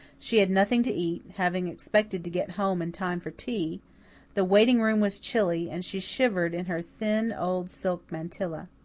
she had nothing to eat, having expected to get home in time for tea the waiting-room was chilly, and she shivered in her thin, old, silk mantilla.